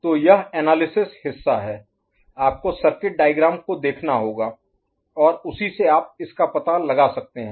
तो यह एनालिसिस हिस्सा है आपको सर्किट डायग्राम को देखना होगा और उसी से आप इसका पता लगा सकते हैं